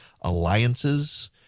alliances